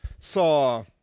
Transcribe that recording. saw